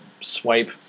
swipe